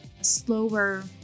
slower